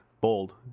bold